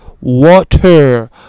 Water